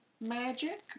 magic